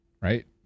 right